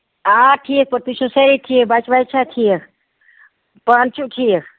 آ ٹھیٖک پٲٹھۍ تُہۍ چھِو سٲری ٹھیٖک بَچہٕ وَچہٕ چھا ٹھیٖک پانہٕ چھِو ٹھیٖک